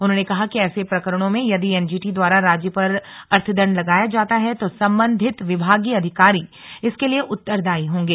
उन्होंने कहा कि ऐसे प्रकरणों में यदि एनजीटी द्वारा राज्य पर अर्थदंड लगाया जाता है तो संबंधित विभागीय अधिकारी इसके लिए उत्तरदायी होंगे